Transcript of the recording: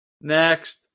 next